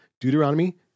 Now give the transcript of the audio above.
Deuteronomy